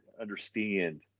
understand